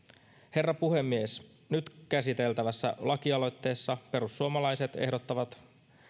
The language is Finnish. herra puhemies nyt käsiteltävässä lakialoitteessa perussuomalaiset ehdottavat